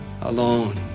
alone